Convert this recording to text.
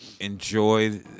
enjoy